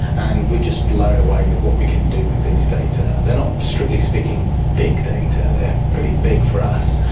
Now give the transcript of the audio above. and we're just blown away with what we can do with these data. they're not strictly speaking big data, they are pretty big for us,